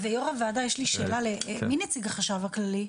יושב ראש הוועדה, יש לי שאלה, מי נציג החשב הכללי?